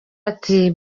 ati